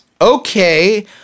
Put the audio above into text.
Okay